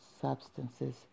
substances